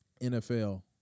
NFL